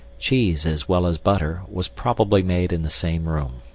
cheese, as well as butter, was probably made in the same room.